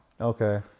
okay